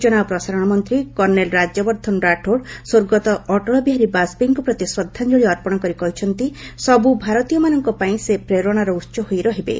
ସୂଚନା ଓ ପ୍ରସାରଣ ମନ୍ତ୍ରୀ କର୍ଣ୍ଣେଲ ରାଜ୍ୟବର୍ଦ୍ଧନ ରାଠୋଡ୍ ସ୍ୱର୍ଗତ ଅଟଳବିହାରୀ ବାଜପେୟୀଙ୍କ ପ୍ରତି ଶ୍ରଦ୍ଧାଞ୍ଜଳୀ ଅର୍ପଣ କରି କହିଛନ୍ତି ସବୁ ଭାରତୀୟମାନଙ୍କ ପାଇଁ ସେ ପ୍ରେରଣାର ଉହ ହୋଇ ରହିବେ